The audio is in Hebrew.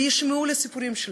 וישמעו את הסיפורים שלהם,